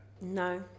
No